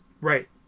Right